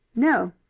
no,